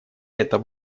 эта